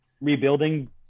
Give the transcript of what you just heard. rebuilding